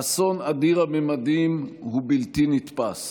האסון אדיר הממדים הוא בלתי נתפס.